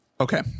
Okay